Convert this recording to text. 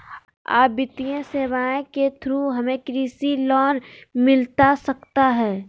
आ वित्तीय सेवाएं के थ्रू हमें कृषि लोन मिलता सकता है?